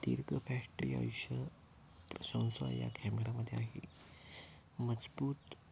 दीर्घ बॅटरी संसा या कॅमेरामधे आहे मजबूत